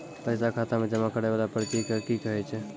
पैसा खाता मे जमा करैय वाला पर्ची के की कहेय छै?